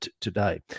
today